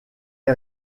est